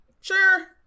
Sure